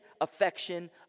affection